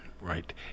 Right